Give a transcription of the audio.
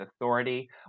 authority